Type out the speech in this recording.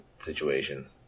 situation